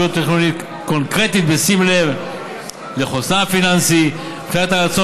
תכנוניות קונקרטית בשים לב לחוסנה הפיננסי ובחינת הרצון